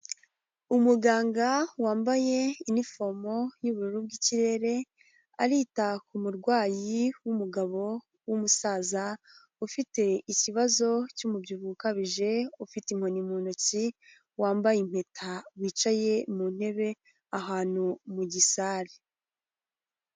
Umuganga wambaye inifomo y'ubururu bw'ikirere arita ku murwayi w'umugabo w'umusaza ufite ikibazo cy'umubyibuho ukabije, ufite inkoni mu ntoki wambaye impeta wicaye mu ntebe ahantu mu gisare.